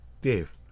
Dave